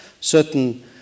certain